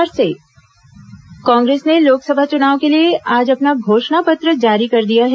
कांग्रेस घोषणा पत्र कांग्रेस ने लोकसभा चुनाव के लिए आज अपना घोषणा पत्र जारी कर दिया है